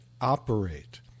operate